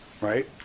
Right